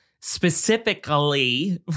specifically